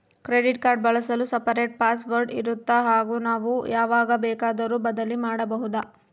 Credit card ಬಳಸಲು separate password ಇರುತ್ತಾ ಹಾಗೂ ನಾವು ಯಾವಾಗ ಬೇಕಾದರೂ ಬದಲಿ ಮಾಡಬಹುದಾ?